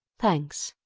thanks.